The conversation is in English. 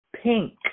Pink